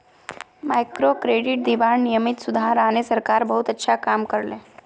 microcredit दीबार नियमत सुधार आने सरकार बहुत अच्छा काम कर ले